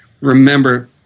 Remember